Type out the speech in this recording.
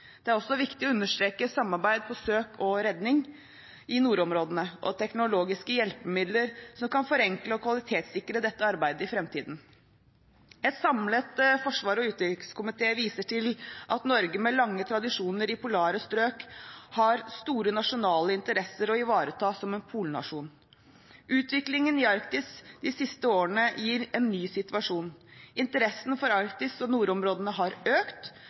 Det er også viktig å understreke samarbeid på søk og redning i nordområdene og teknologiske hjelpemidler som kan forenkle og kvalitetssikre dette arbeidet i fremtiden. En samlet forsvars- og utenrikskomité viser til at Norge, med lange tradisjoner i polare strøk, har store nasjonale interesser å ivareta som en polnasjon. Utviklingen i Arktis de siste årene gir en ny situasjon. Interessen for Arktis og nordområdene har økt.